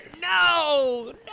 No